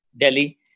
Delhi